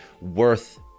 worth